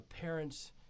parents